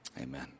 amen